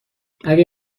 اگه